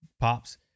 pops